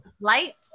light